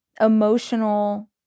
emotional